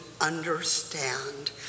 understand